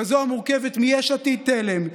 כזו המורכבת מיש עתיד-תל"ם,